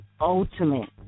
ultimate